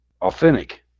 authentic